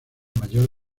mayor